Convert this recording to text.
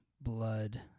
blood